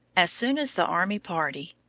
s soon as the army party,